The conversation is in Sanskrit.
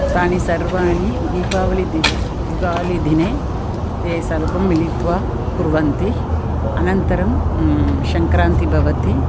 तानि सर्वाणि दिपावलिः दिव् दिपावलिदिने ते सर्वे मिलित्वा कुर्वन्ति अनन्तरं सङ्क्रान्तिः भवति